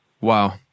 Wow